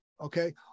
okay